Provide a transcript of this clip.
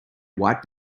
white